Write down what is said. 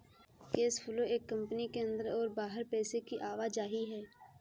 cash flow एक company के अंदर और बाहर पैसे की आवाजाही है